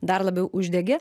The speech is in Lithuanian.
dar labiau uždegė